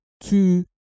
two